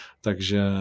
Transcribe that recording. Takže